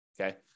okay